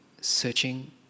searching